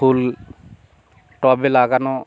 ফুল টবে লাগানো